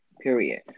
period